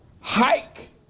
hike